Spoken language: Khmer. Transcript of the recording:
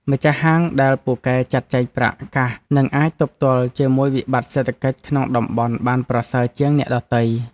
ម្ចាស់ហាងដែលពូកែចាត់ចែងប្រាក់កាសនឹងអាចទប់ទល់ជាមួយវិបត្តិសេដ្ឋកិច្ចក្នុងតំបន់បានប្រសើរជាងអ្នកដទៃ។